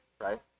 right